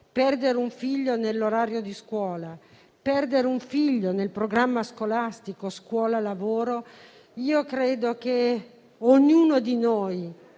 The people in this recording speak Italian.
Perdere un figlio nell'orario di scuola, perdere un figlio nel programma scolastico scuola-lavoro impone a ognuno di noi